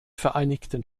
vereinigten